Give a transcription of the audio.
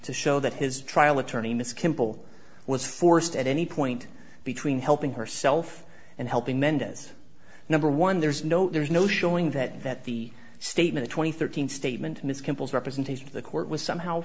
to show that his trial attorney mr kimball was forced at any point between helping herself and helping mendez number one there's no there's no showing that that the statement twenty thirteen statement ms kimball's representation of the court was somehow